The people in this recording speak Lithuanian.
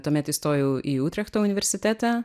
tuomet įstojau į utrechto universitetą